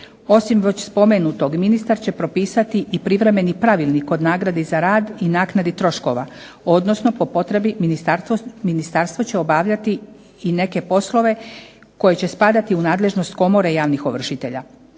Osim već spomenutog ministar će propisati i privremeni Pravilnik o nagradi za rad i naknadi troškova, odnosno po potrebi ministarstvo će obavljati i neke poslove koji će spadati u nadležnost Komore javnih ovršitelja.